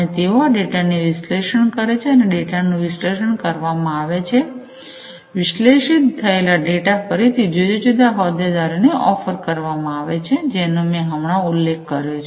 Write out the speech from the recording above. અને તેઓ આ ડેટાનો વિશ્લેષણ કરે છે અને ડેટાનું વિશ્લેષણ કરવામાં આવે છે વિશ્લેષિત થયેલા ડેટા ફરીથી જુદા જુદા હોદ્દેદારોને ઓફર કરવામાં આવે છે જેનો મેં હમણાં ઉલ્લેખ કર્યો છે